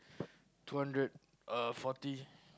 two hundred uh forty